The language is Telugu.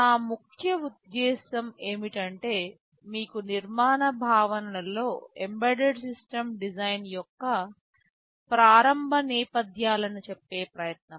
నా ముఖ్య ఉద్దేశ్యం ఏమిటంటే మీకు నిర్మాణ భావనలలో ఎంబెడెడ్ సిస్టమ్ డిజైన్ యొక్క ప్రారంభ నేపథ్యాలను చెప్పే ప్రయత్నం